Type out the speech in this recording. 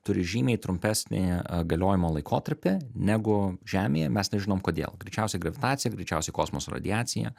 turi žymiai trumpesnį galiojimo laikotarpį negu žemėje mes nežinom kodėl greičiausiai gravitacija greičiausiai kosmoso radiacija